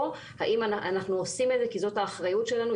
או אם אנחנו עושים את זה כי זאת האחריות שלנו,